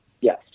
Yes